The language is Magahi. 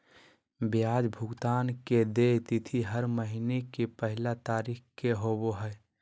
ब्याज भुगतान के देय तिथि हर महीना के पहला तारीख़ के होबो हइ